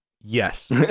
Yes